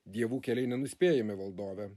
dievų keliai nenuspėjami valdove